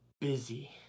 busy